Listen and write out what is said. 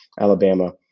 Alabama